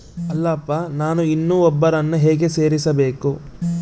ಅಲ್ಲಪ್ಪ ನಾನು ಇನ್ನೂ ಒಬ್ಬರನ್ನ ಹೇಗೆ ಸೇರಿಸಬೇಕು?